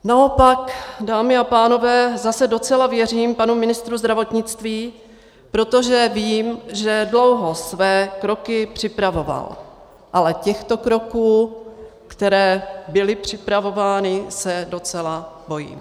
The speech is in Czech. Naopak, dámy a pánové, zase docela věřím panu ministru zdravotnictví, protože vím, že dlouho své kroky připravoval, ale těchto kroků, které byly připravovány, se docela bojím.